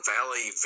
Valley